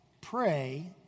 pray